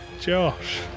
Josh